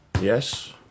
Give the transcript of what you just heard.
Yes